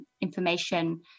information